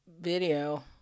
video